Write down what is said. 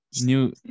new